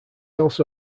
also